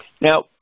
now